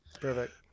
Perfect